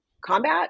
combat